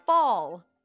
fall